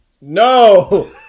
no